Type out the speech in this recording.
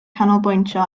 canolbwyntio